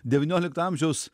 devyniolikto amžiaus